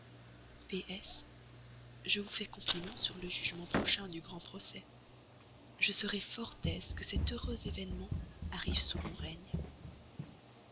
je vous fais compliment sur le jugement prochain du grand procès je serai fort aise que cet heureux événement arrive sous mon règne